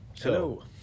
Hello